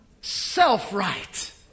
Self-right